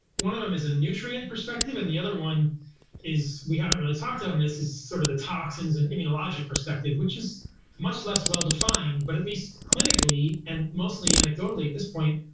one of them is a nutrient perspective and the other one is we haven't really talked on um this is sort of the toxins and immunologic perspective, which is much less well defined, but at least clinically and mostly anecdotally at this point.